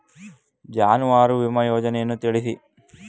ಜಾನುವಾರು ವಿಮಾ ಯೋಜನೆಯನ್ನು ತಿಳಿಸಿ?